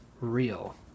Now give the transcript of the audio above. real